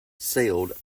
sailed